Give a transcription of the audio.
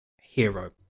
hero